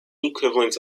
equivalent